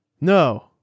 No